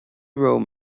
raibh